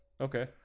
Okay